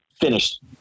finished